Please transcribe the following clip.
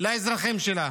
כך לאזרחים שלה.